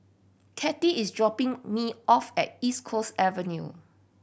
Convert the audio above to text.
Katie is dropping me off at East Coast Avenue